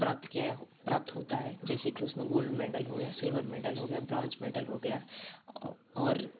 प्राप्त किया या प्राप्त होता है जैसे कि उसमें गोल्ड मेडल हो गया सिल्वर मेडल हो गया ब्रांज मेडल हो गया और